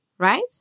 right